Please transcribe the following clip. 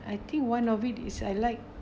I think one of it is I like